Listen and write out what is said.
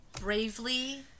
bravely